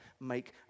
make